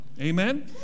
Amen